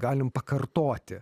galim pakartoti